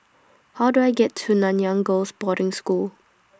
How Do I get to Nanyang Girls' Boarding School